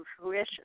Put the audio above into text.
fruition